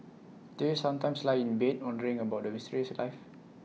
do you sometimes lie in bed wondering about the mysteries of life